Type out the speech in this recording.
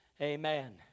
Amen